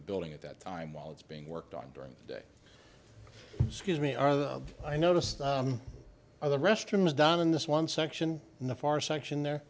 the building at that time while it's being worked on during the day scuse me are the i noticed the other restrooms down in this one section in the far section there